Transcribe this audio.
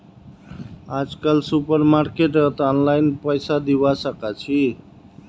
आजकल सुपरमार्केटत ऑनलाइन पैसा दिबा साकाछि